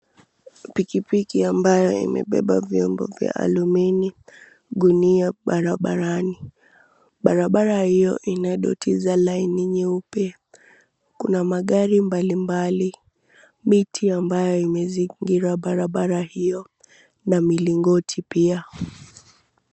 Pikipiki ambayo imebeba vyombo vya alumini, gunia barabarani. Barabara hiyo ina doti za laini nyeupe. Kuna magari mbalimbali, miti ambayo imezingira barabara hiyo na milingoti pia.